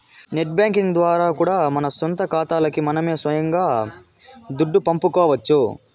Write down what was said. net banking ద్వారా కూడా మన సొంత కాతాలకి మనమే సొయంగా దుడ్డు పంపుకోవచ్చు